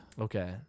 Okay